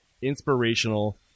inspirational